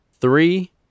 Three